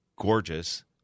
gorgeous